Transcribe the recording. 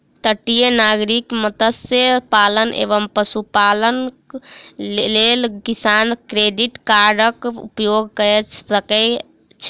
तटीय नागरिक मत्स्य पालन एवं पशुपालनक लेल किसान क्रेडिट कार्डक उपयोग कय सकै छै